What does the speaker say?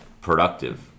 productive